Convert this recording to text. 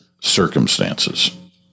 circumstances